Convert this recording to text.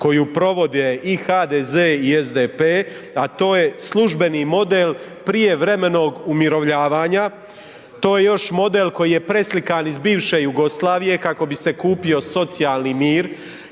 koju provode i HDZ i SDP, a to je službeni model prijevremenog umirovljavanja, to je još model koji je preslikan iz bivše Jugoslavije kako bi se kupio socijalni mir